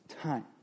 time